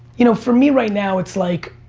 you know for me right now it's like,